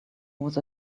was